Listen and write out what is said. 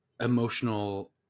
emotional